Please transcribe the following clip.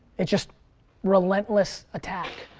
it's just relentless attack.